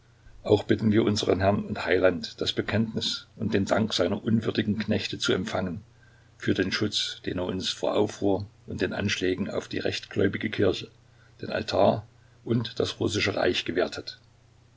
auch bitten wir unseren herrn und heiland das bekenntnis und den dank seiner unwürdigen knechte zu empfangen für den schutz den er uns vor aufruhr und den anschlägen auf die rechtgläubige kirche den altar und das russische reich gewährt hat